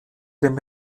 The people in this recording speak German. dem